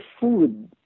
food